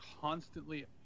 constantly